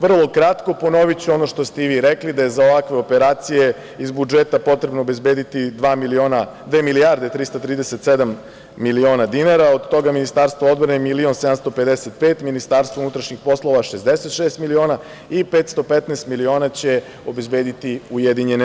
Vrlo kratko, ponoviću ono što ste i vi rekli, da je za ovakve operacije iz budžeta potrebno obezbediti dve milijarde 337 miliona dinara, od toga Ministarstvo odbrane milion 755, MUP 66 miliona i 515 miliona će obezbediti UN.